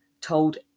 told